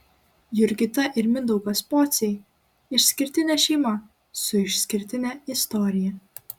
jurgita ir mindaugas pociai išskirtinė šeima su išskirtine istorija